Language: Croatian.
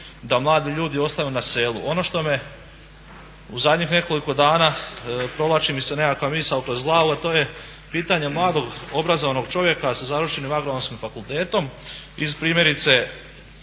da mladi ljudi ostanu na selu. Ono što me u zadnjih nekoliko dana provlači mi se nekakva misao kroz glavu, a to je pitanje mladog obrazovanog čovjeka sa završenim Agronomskim fakultetom iz primjerice